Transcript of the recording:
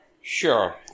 Sure